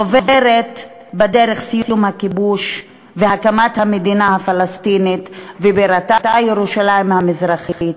עוברת בסיום הכיבוש והקמת המדינה הפלסטינית ובירתה ירושלים המזרחית,